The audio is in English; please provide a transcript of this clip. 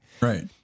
Right